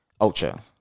Ultra